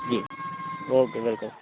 G okay welcome